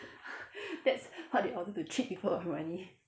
that's what they all do to cheat people of money